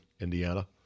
Indiana